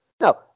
Now